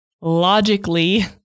logically